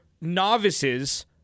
novices